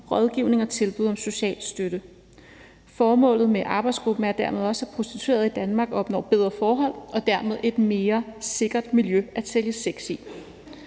rådgivning og tilbud om social støtte. Formålet med arbejdsgruppen er dermed også, at prostituerede i Danmark opnår bedre forhold og dermed et mere sikkert miljø at sælge sex i.